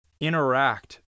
interact